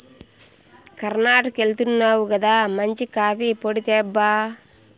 కర్ణాటకెళ్తున్నావు గదా మంచి కాఫీ పొడి తేబ్బా